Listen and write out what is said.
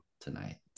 tonight